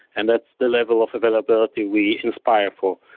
and that's the level of availability we inspire for.